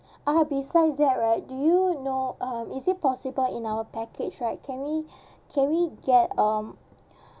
oh besides that right do you know um is it possible in our package right can we can we get um